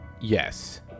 Yes